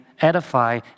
edify